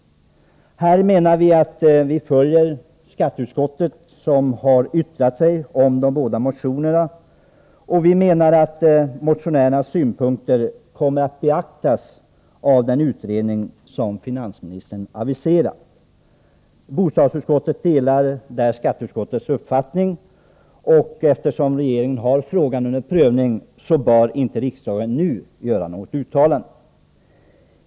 Härvidlag följer vi skatteutskottet, som har yttrat sig om de båda motionerna. Vi menar att motionärernas synpunkter kommer att beaktas av den utredning som finansministern aviserar. Bostadsutskottet delar skatteutskottets uppfattning på den punkten. Eftersom regeringen har frågan under prövning bör inte riksdagen nu göra något uttalande.